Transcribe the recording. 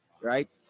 right